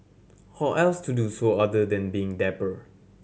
how else to do so other than being dapper